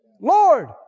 Lord